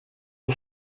who